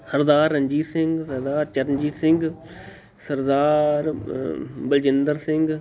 Sardar Ranjit Singh Sardar Charanjit Singh Sardar Baljinder Singh